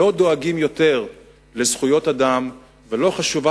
לא דואגים לזכויות אדם יותר ולא חשובים